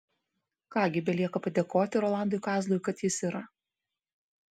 ką gi belieka padėkoti rolandui kazlui kad jis yra